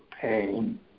pain